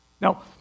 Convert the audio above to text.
Now